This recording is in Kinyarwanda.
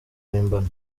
mpimbano